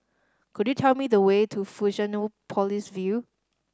could you tell me the way to Fusionopolis View